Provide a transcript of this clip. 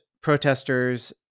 protesters